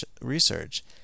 research